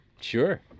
sure